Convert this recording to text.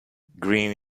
green